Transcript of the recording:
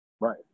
right